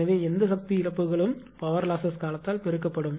எனவே எந்த சக்தி இழப்புகளும் காலத்தால் பெருக்கப்படும்